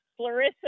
Florissa